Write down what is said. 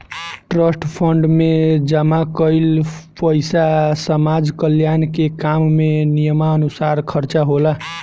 trust fund में जमा कईल पइसा समाज कल्याण के काम में नियमानुसार खर्चा होला